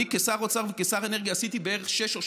אני כשר אוצר וכשר אנרגיה עשיתי בערך שש או